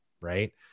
right